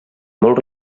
molt